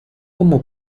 como